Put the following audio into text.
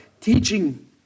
teaching